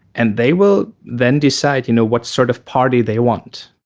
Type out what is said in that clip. and they will then decide you know what sort of party they want.